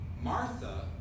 Martha